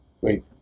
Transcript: wait